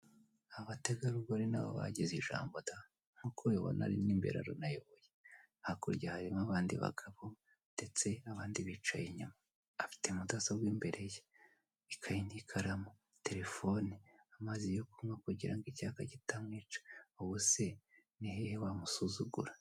Abategarugori nabo nagize ijambo da nkuko ubibona ari n'imbere aranayoboye hakurya harimo abandi abagabo ndetse n'abandi bicaye inyuma, afite mudasobwa imbere ye, ikayi n'ikaramu, telefone, amazi yo kunywa kugira ngo icyaka kitamwica, ubu se nihehe wamusuzugura.